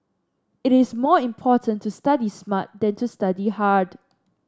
it is more important to study smart than to study hard